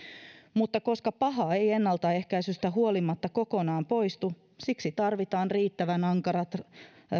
mutta koska paha ei ennaltaehkäisystä huolimatta kokonaan poistu tarvitaan riittävän ankarat